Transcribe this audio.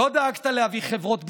לא דאגת להביא חברות בדיקות,